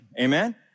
amen